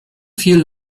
viel